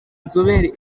nzobere